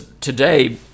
today